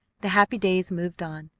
the happy days moved on.